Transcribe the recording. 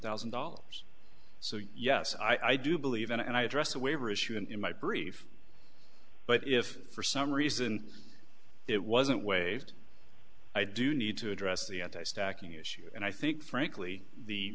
thousand dollars so yes i do believe and i address the waiver issue and in my brief but if for some reason it wasn't waived i do need to address the anti stacking issue and i think frankly the